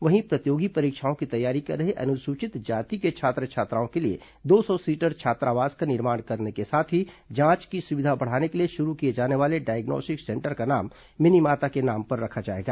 वहीं प्रतियोगी परीक्षाओं की तैयारी कर रहे अनुसूचित जाति के छात्र छात्राओं के लिए दो सौ सीटर छात्रावास का निर्माण करने के साथ ही जांच की सुविधा बढाने के लिए शुरू किए जाने वाले डाइग्नोस्टिक सेंटर का नाम मिनीमाता के नाम पर रखा जाएगा